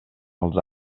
els